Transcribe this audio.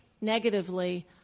negatively